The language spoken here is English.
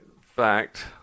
fact